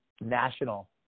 national